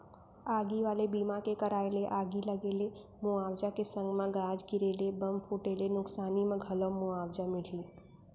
आगी वाले बीमा के कराय ले आगी लगे ले मुवाजा के संग म गाज गिरे ले, बम फूटे ले नुकसानी म घलौ मुवाजा मिलही